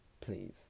please